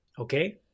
Okay